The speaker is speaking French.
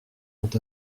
ont